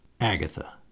Agatha